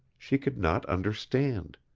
she could not understand.